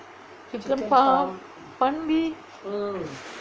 chicken farm பண்டி:pandi